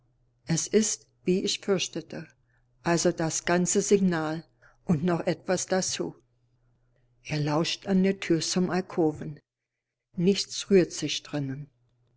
es ist wie ich fürchtete also das ganze signal und noch etwas dazu er lauscht an der tür zum alkoven nichts rührt sich